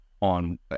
on